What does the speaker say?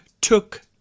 took